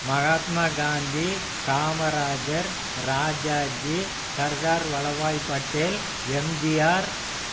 Mahatma Gandhi Kamarajar Rajaji Sardar Vallabhbhai Patel M G R